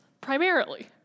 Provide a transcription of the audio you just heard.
primarily